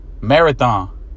Marathon